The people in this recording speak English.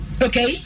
Okay